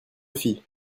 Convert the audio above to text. filles